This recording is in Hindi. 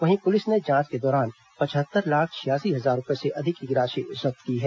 वहीं पुलिस ने जांच के दौरान पचहत्तर लाख छियासी हजार रूपए से अधिक की राशि जब्त की है